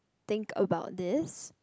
think about this